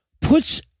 puts